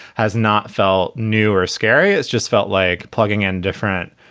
has not felt new or scary. it's just felt like plugging in different